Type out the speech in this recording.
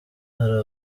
hari